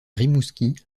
rimouski